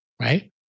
right